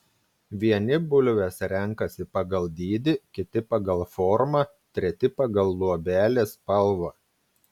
vieni bulves renkasi pagal dydį kiti pagal formą treti pagal luobelės spalvą